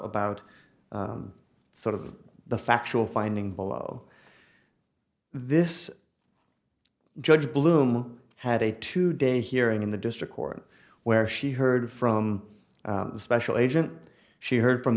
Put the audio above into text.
about sort of the factual finding below this judge bloom had a two day hearing in the district court where she heard from the special agent she heard from